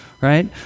right